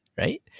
right